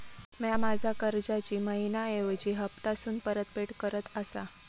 म्या माझ्या कर्जाची मैहिना ऐवजी हप्तासून परतफेड करत आसा